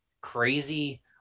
crazy